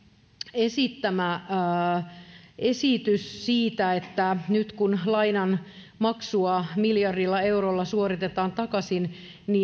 esittämä esitys siitä että nyt kun lainanmaksua miljardilla eurolla suoritetaan takaisin